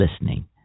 listening